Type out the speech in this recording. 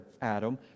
Adam